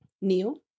Neil